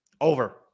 over